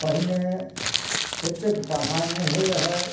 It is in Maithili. पहिने एतेक पढ़ाइ नहि होइ रहै